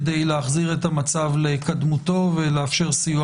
כדי להחזיר את המצב לקדמותו ולאפשר סיוע